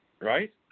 Right